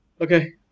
Okay